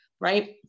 right